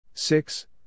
Six